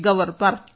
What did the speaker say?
ഗൌർ പറഞ്ഞു